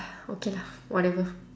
okay lah whatever